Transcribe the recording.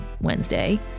Wednesday